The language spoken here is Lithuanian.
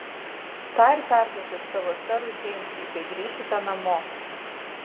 tą ir perduokit savo serui džeimsui kai grįšite namo